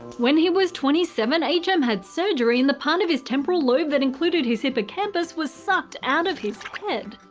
when he was twenty seven, h m. had surgery and the part of his temporal lobe that included his hippocampus was sucked out of his head.